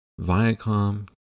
Viacom